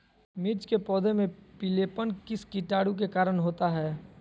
मिर्च के पौधे में पिलेपन किस कीटाणु के कारण होता है?